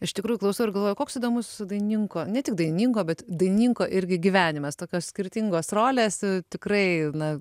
iš tikrųjų klausau ir galvoju koks įdomus dainininko ne tik dainingo bet dainininko irgi gyvenimas tokios skirtingos rolės tikrai na